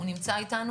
שחר צהריים